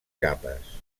capes